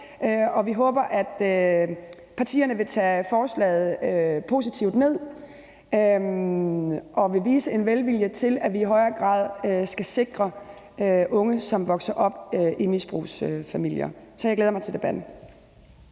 vi håber, at partierne vil tage forslaget positivt ned og vil vise en velvilje til, at vi i højere grad skal sikre unge, som vokser op i misbrugsfamilier. Så jeg glæder mig til debatten.